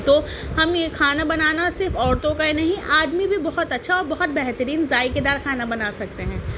تو ہم یہ کھانا بنانا صرف عورتوں کا ہی نہیں آدمی بھی بہت اچھا اور بہت بہترین ذائقے دار کھانا بنا سکتے ہیں